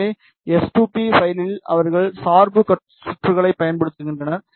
எனவே S 2 B பைலில் அவர்கள் சார்பு சுற்றுகளைப் பயன்படுத்துகின்றனர்